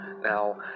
Now